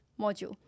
module